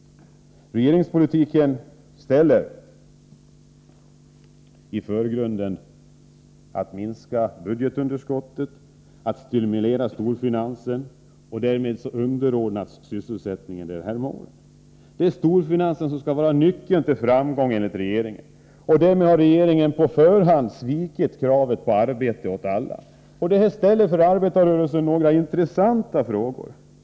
Regeringspolitiken ställer i förgrunden att minska budgetunderskottet och att stimulera storfinansen. Därmed blir sysselsättningen av underordnad betydelse. Det är storfinansen som enligt regeringen är nyckeln till framgång, och därmed har regeringen på förhand svikit kravet om arbete åt alla. Detta föranleder mig att ställa några för arbetarrörelsen intressanta frågor.